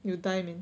you'll die man